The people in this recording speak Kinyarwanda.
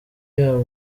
yabo